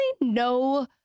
no